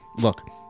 Look